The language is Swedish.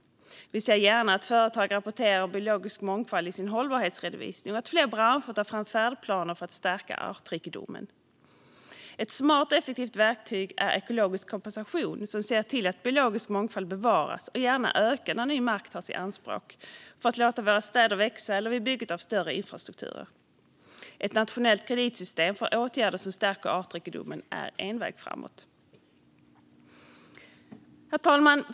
Vi ser gärna att företag rapporterar om biologisk mångfald i sin hållbarhetsredovisning och att fler branscher tar fram färdplaner för att stärka artrikedomen. Ett smart och effektivt verktyg är ekologisk kompensation, som gör att biologisk mångfald bevaras och gärna ökar när ny mark tas i anspråk för att låta våra städer växa eller vid bygget av större infrastruktur. Ett nationellt kreditsystem för åtgärder som stärker artrikedomen är en väg framåt. Herr talman!